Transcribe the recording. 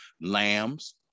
lambs